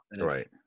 Right